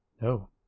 no